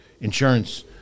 insurance